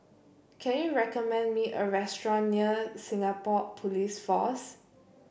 can you recommend me a restaurant near Singapore Police Force